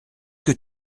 que